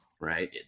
right